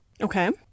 Okay